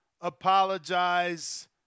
apologize